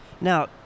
now